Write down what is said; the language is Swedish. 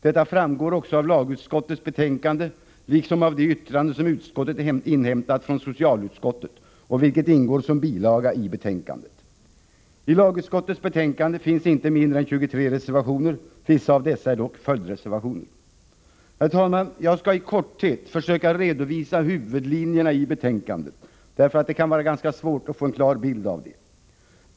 Detta framgår också av lagutskottets betänkande, liksom av det yttrande som utskottet inhämtat från socialutskottet, vilket ingår som bilaga i betänkandet. I lagutskottets betänkande finns det inte mindre än 23 reservationer; vissa av dessa är dock följdreservationer. Herr talman! Jag skalli korthet försöka redovisa huvudlinjerna i betänkandet, eftersom det kan vara ganska svårt att få en klar bild av det.